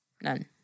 None